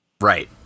Right